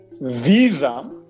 Visa